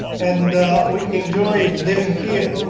and we enjoy living here.